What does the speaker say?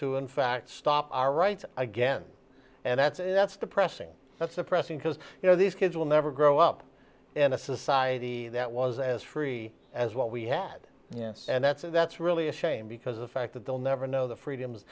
to in fact stop our rights again and that's it that's the pressing that's the pressing because you know these kids will never grow up in a society that was as free as what we had yes and that's and that's really a shame because the fact that they'll never know the freedoms